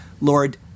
Lord